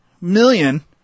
million